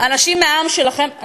אנשים מהעם שלכם?